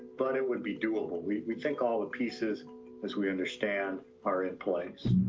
but it would be doable. we we think all the pieces as we understand are and place.